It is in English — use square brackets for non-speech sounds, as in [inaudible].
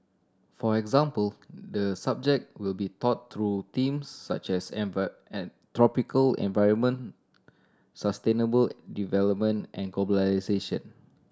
for example the subject will be taught through themes such as [unintelligible] tropical environment sustainable development and globalisation